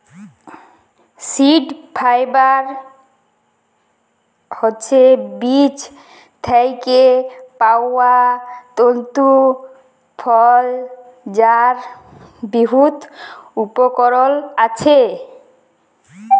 seed fibre হছে বীজ থ্যাইকে পাউয়া তল্তু ফল যার বহুত উপকরল আসে